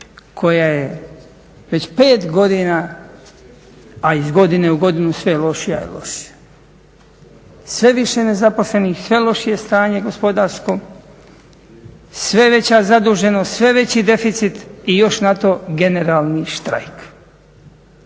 koja je već pet godina, a iz godine u godinu sve lošija i lošija. Sve više nezaposlenih, sve lošije stanje gospodarsko, sve veća zaduženost, sve veći deficit i još na to generalni štrajk.